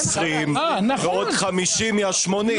20 ועוד 50 מה-80.